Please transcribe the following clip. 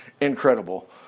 incredible